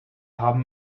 haben